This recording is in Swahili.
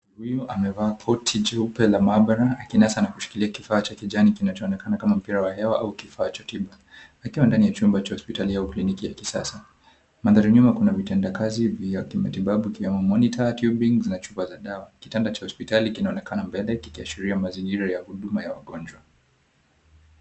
Huyu amevaa koti jeupe la maabara akinasa na kushikilia kifaa cha kijani kinachoonekana kama mpira wa hewa au kifaa cha tiba. Akiwa ndani ya chumba cha hospitali au kliniki ya kisasa. Mandhari ya nyuma kuna vitendakazi vya kimatibabu kina monitor, tubing na chupa za dawa. Kitanda cha hospitali kinaonekana mbele kikiashiria mazingira ya huduma ya wagonjwa.